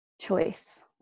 choice